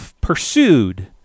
pursued